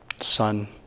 Son